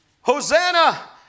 Hosanna